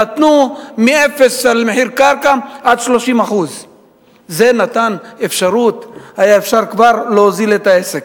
נתנו מאפס על מחיר קרקע ועד 30%. זה נתן אפשרות להוזיל את העסק.